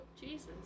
Jesus